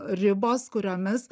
ribos kuriomis